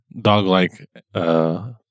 dog-like